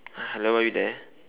hello are you there